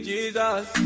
Jesus